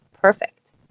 perfect